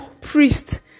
priest